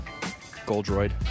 Goldroid